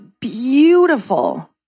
beautiful